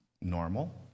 normal